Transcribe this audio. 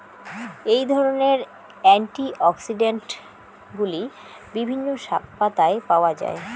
এই ধরনের অ্যান্টিঅক্সিড্যান্টগুলি বিভিন্ন শাকপাতায় পাওয়া য়ায়